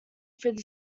through